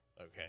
okay